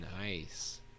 Nice